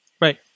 Right